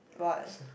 what